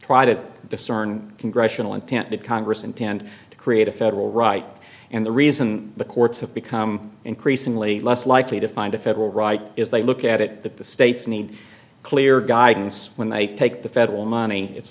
try to discern congressional intent did congress intend to create a federal right and the reason the courts have become increasingly less likely to find a federal right is they look at it that the states need clear guidance when they take the federal money it's